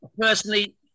personally